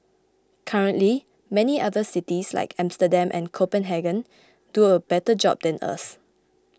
currently many other cities like Amsterdam and Copenhagen do a better job than us